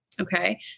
okay